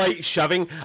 shoving